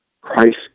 Christ